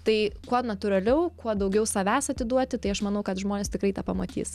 tai kuo natūraliau kuo daugiau savęs atiduoti tai aš manau kad žmonės tikrai tą pamatys